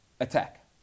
Attack